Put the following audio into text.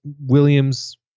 Williams